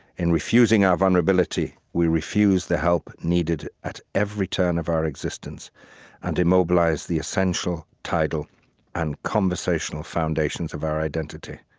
in refusing our vulnerability we refuse the help needed at every turn of our existence and immobilize the essential, tidal and conversational foundations of our identity